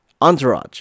Entourage